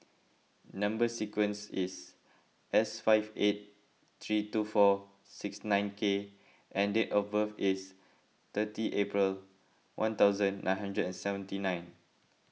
Number Sequence is S five eight three two four six nine K and date of birth is thirty April one thousand nine hundred and seventy nine